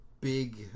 big